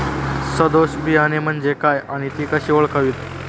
सदोष बियाणे म्हणजे काय आणि ती कशी ओळखावीत?